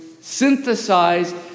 synthesized